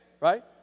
right